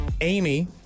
Amy